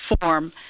form